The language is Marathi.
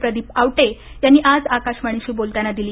प्रदीप आवटे यांनी आज आकाशवाणीशी बोलताना दिली